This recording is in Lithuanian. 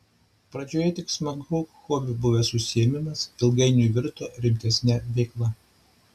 pradžioje tik smagiu hobiu buvęs užsiėmimas ilgainiui virto rimtesne veikla